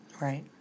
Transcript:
Right